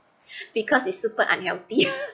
because it's super unhealthy